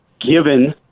given